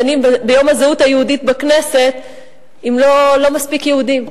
דנים ביום הזהות היהודית בכנסת עם לא מספיק יהודים,